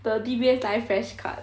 the D_B_S live fresh card